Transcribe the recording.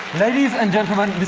ladies and gentlemen,